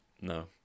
no